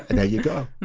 and there you go.